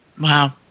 Wow